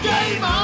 Game